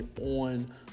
on